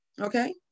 okay